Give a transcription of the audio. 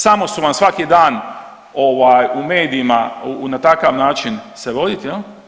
Samo su vam svaki dan u medijima na takav način se voditi.